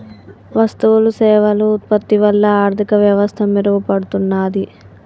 వస్తువులు సేవలు ఉత్పత్తి వల్ల ఆర్థిక వ్యవస్థ మెరుగుపడుతున్నాది